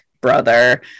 brother